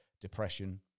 depression